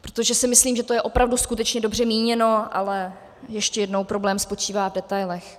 Protože si myslím, že to je opravdu skutečně dobře míněno, ale ještě jednou, problém spočívá v detailech.